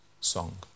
song